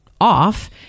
off